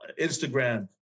Instagram